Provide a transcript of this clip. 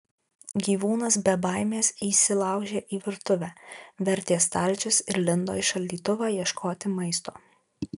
gyvūnas be baimės įsilaužė į virtuvę vertė stalčius ir lindo į šaldytuvą ieškoti maisto